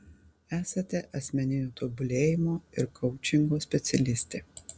esate asmeninio tobulėjimo ir koučingo specialistė